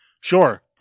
sure